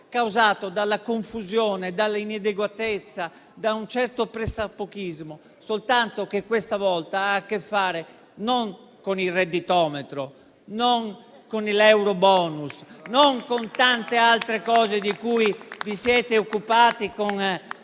causato dalla confusione, dall'inadeguatezza, da un certo pressappochismo: soltanto che questa volta il vostro errore ha a che fare non con il redditometro, non con l'eurobonus, non con tante altre cose di cui vi siete occupati con